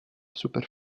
super